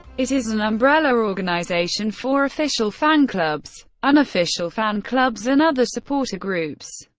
it is an umbrella organization for official fan clubs, unofficial fan clubs and other supporter groups.